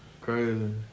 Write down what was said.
crazy